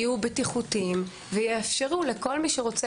יהיו בטיחותיים ויאפשרו לכל מי שרוצה